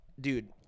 Dude